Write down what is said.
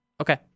Okay